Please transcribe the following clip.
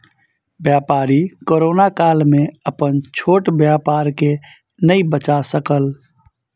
व्यापारी कोरोना काल में अपन छोट व्यापार के नै बचा सकल